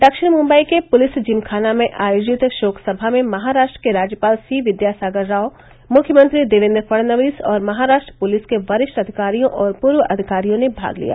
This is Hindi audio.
दक्षिण मुंबई के पुलिस जिमखाना में आयोजित शोक सभा में महाराष्ट्र के राज्यपाल सी विद्यासागर राव मुख्यमंत्री देवेन्द्र फणनवीस और महाराष्ट्र पुलिस के वरिष्ठ अधिकारियों और पूर्व अधिकारियों ने भाग लिया